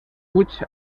fuig